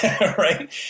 right